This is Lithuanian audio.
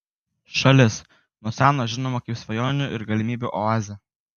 šalis nuo seno žinoma kaip svajonių ir galimybių oazė